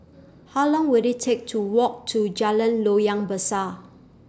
How Long Will IT Take to Walk to Jalan Loyang Besar